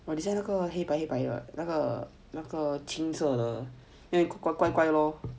!wah! 你 send 这个黑白黑白那个那个青色的因为怪怪咯